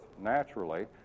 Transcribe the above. naturally